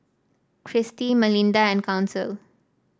Kirstie Malinda and Council